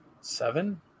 Seven